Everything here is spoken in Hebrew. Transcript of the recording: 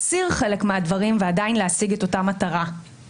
אני ברשותכם --- הוא מקריא רק את החלק שהוא רוצה.